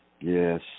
Yes